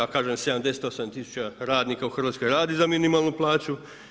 A kažem 78 tisuća radnika u Hrvatskoj radi za minimalnu plaću.